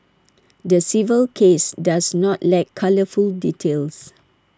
the civil case does not lack colourful details